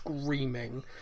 screaming